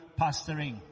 pastoring